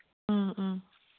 ꯎꯝ ꯎꯝ